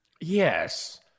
yes